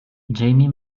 jamie